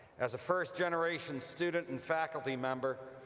as a first generation student and faculty member,